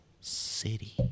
City